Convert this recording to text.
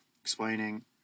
explaining